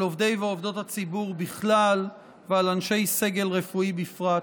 עובדי ועובדות הציבור בכלל ועל אנשי סגל רפואי בפרט.